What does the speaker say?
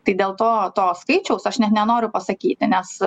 tai dėl to to skaičiaus aš nenoriu pasakyti nes